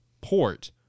port